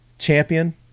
champion